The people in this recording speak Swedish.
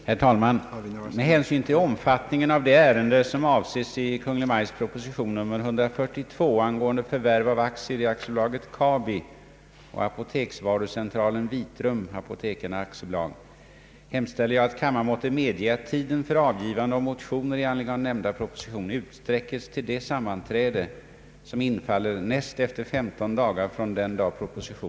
Herr talman! Med hänsyn till omfattningen av det ärende som avses i Kungl. Maj:ts proposition nr 142 angående förvärv av aktier i AB Kabi och Apoteksvarucentralen Vitrum Apotekare AB hemställer jag, att kammaren måtte medge att tiden för avgivande av motio